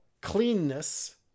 cleanness